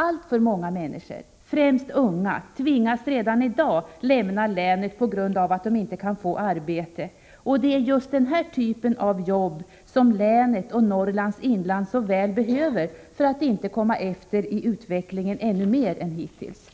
Alltför många människor, främst unga, tvingas redan i dag lämna länet på grund av att de inte kan få arbete, och det är just den här typen av jobb som länet och Norrlands inland så väl behöver för att inte komma efter i utvecklingen ännu mer än hittills.